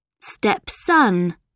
stepson